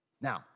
Now